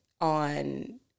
on